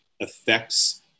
affects